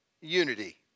unity